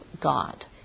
God